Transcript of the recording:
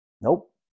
Nope